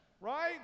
right